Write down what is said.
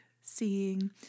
seeing